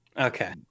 Okay